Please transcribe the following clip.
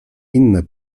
inne